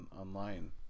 online